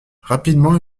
rapidement